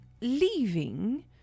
leaving